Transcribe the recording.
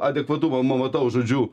adekvatumą matau žodžiu